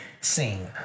Sing